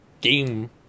game